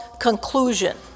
conclusion